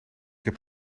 heb